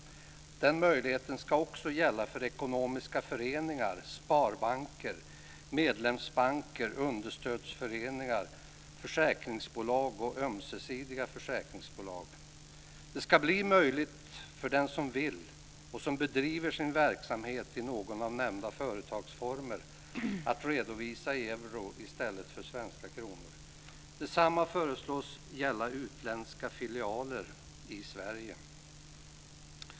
Den möjligheten ska också gälla för ekonomiska föreningar, sparbanker, medlemsbanker, understödsföreningar, försäkringsbolag och ömsesidiga försäkringsbolag. Det ska bli möjligt för den som vill och som bedriver sin verksamhet i någon av nämnda företagsformer att redovisa i euro i stället för i svenska kronor. Detsamma föreslås gälla utländska filialer i Sverige.